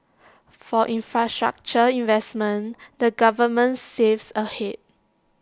for infrastructure investments the government saves ahead